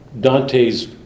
Dante's